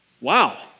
Wow